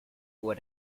what